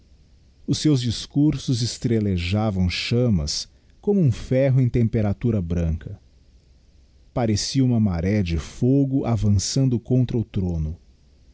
os seus discursos estreuejavam chamraas como ura ferro em temperatura branca parecia uma maré de fogo avançando contra o throno